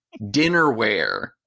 dinnerware